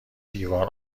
دیوار